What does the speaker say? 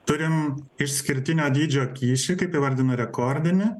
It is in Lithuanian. turim išskirtinio dydžio kyšį kaip įvardino rekordinį